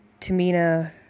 Tamina